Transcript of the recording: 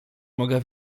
mogę